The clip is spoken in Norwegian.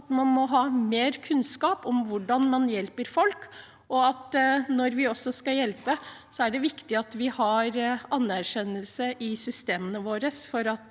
at man må ha mer kunnskap om hvordan man hjelper folk. Når vi skal hjelpe, er det viktig at vi har en anerkjennelse i systemene våre